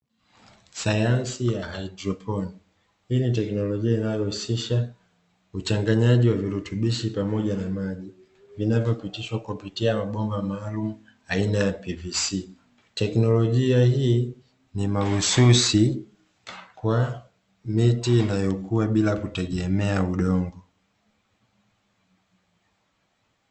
Sayansi ya haidroponi, hii ni teknolojia inayohusisha uchanganyaji wa virutubisho pamoja na maji, vinavyopitishwa kwa kupitia mabomba maalumu aina ya "PVC". Teknolojia hii ni mahususi kwa miti inayokuwa bila kutegemea udongo.